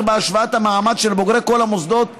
בהשוואת המעמד של בוגרי כל המוסדות האקדמיים.